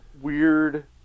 weird